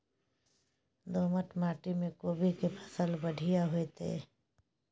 दोमट माटी में कोबी के फसल बढ़ीया होतय?